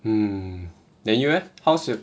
mm then you eh how's your